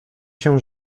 się